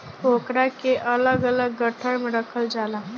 ओकरा के अलग अलग गट्ठर मे रखल जाला